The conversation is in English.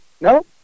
No